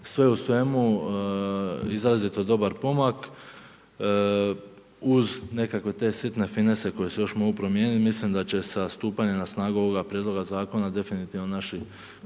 Sve u svemu, izrazito dobar pomak, uz nekakve te sitne finese koje se još mogu promijeniti, mislim da će sa stupanjem na snagu ovoga prijedloga zakona, definitivno naši